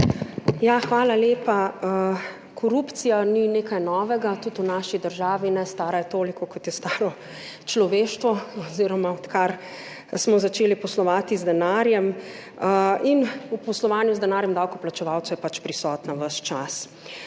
Ja, hvala lepa. Korupcija ni nekaj novega, tudi v naši državi ne, stara je toliko kot je staro človeštvo oziroma odkar smo začeli poslovati z denarjem in v poslovanju z denarjem davkoplačevalcev je pač prisotna ves čas.